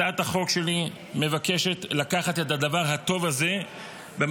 הצעת החוק שלי מבקשת לקחת את הדבר הטוב הזה במערכת